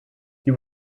you